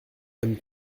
aime